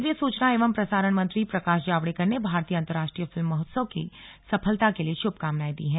केंद्रीय सूचना एवं प्रसारण मंत्री प्रकाश जावडेकर ने भारतीय अंतरराष्ट्रीय फिल्म महोत्सव की सफलता के लिए शुभकामनाएं दी हैं